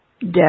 death